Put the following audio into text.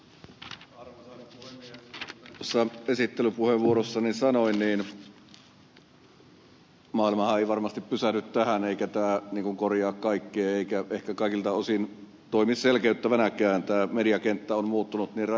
kuten tuossa esittelypuheenvuorossani sanoin niin maailmahan ei varmasti pysähdy tähän eikä tämä korjaa kaikkea eikä ehkä kaikilta osin toimi selkeyttävänäkään tämä mediakenttä on muuttunut niin rajusti